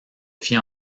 fit